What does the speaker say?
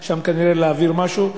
ששכחו להעביר שם משהו.